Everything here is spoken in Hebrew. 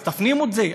אז תפנימו את זה,